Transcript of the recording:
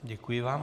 Děkuji vám.